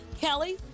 Kelly